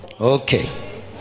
okay